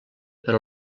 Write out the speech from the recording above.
per